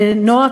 לנועה,